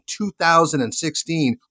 2016